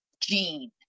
gene